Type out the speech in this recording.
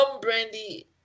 Brandy